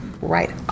right